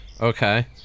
Okay